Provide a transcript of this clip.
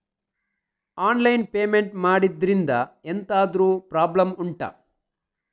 online payment ಮಾಡುದ್ರಿಂದ ಎಂತಾದ್ರೂ problem ಉಂಟಾ